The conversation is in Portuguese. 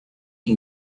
que